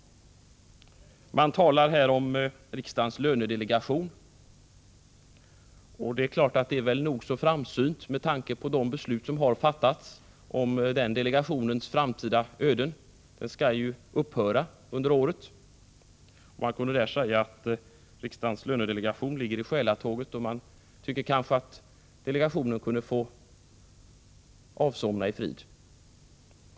Man nämner riksdagens lönedelegation, och det kan vara nog så framsynt med tanke på de beslut som har fattats om den delegationens framtida öden. Den skall ju upphöra under året. Riksdagens lönedelegation ligger i själatåget, och man tycker kanske att delegationen kunde få avsomna i frid.